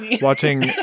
watching